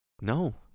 No